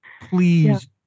Please